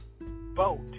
boat